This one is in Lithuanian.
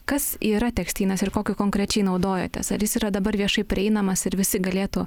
kas yra tekstynas ir kokiu konkrečiai naudojotės ar jis yra dabar viešai prieinamas ir visi galėtų